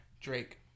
Drake